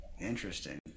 Interesting